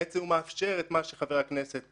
הוא מאפשר את מה שחבר הכנסת